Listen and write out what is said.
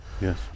Yes